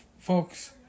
Folks